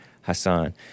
Hassan